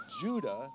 Judah